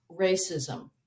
racism